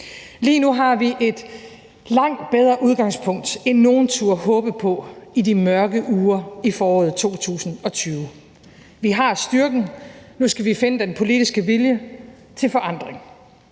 Lige nu har vi et langt bedre udgangspunkt, end nogen turde håbe på i de mørke uger i foråret 2020. Vi har styrken. Nu skal vi finde den politiske vilje til forandring.